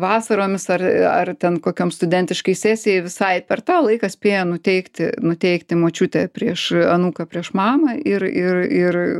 vasaromis ar ar ten kokiom studentiškai sesijai visai per tą laiką spėja nuteikti nuteikti močiutė prieš anūką prieš mamą ir ir ir